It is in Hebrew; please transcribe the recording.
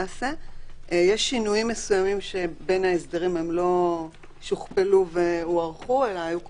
בין שינויים שבין ההסדרים לא שוכפלו והוארכו אלא היו שינויים,